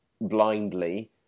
blindly